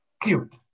cute